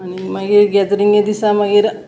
आनी मागीर गॅदरिंगे दिसा मागीर